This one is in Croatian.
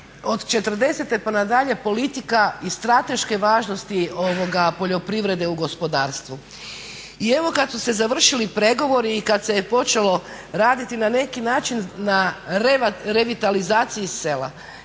od '40.pa nadalje politika i strateške važnosti poljoprivrede u gospodarstvu. I evo kada su se završili pregovori i kada se je počelo raditi na neki način na revitalizaciji sela